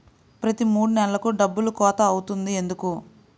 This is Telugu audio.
ప్రతి మూడు నెలలకు డబ్బులు కోత అవుతుంది ఎందుకు?